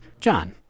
John